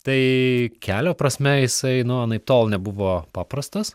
tai kelio prasme jisai nu anaiptol nebuvo paprastas